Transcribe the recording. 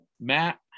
Matt